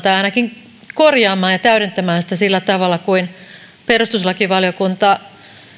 tai ainakin korjaamaan ja täydentämään sitä sillä tavalla kuin perustuslakivaliokunta